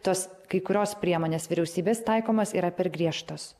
tos kai kurios priemonės vyriausybės taikomos yra per griežtos